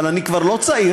אבל אני כבר לא צעיר.